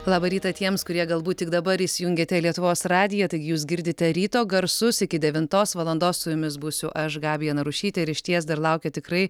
labą rytą tiems kurie galbūt tik dabar įsijungiate lietuvos radiją taigi jūs girdite ryto garsus iki devintos valandos su jumis būsiu aš gabija narušytė ir išties dar laukia tikrai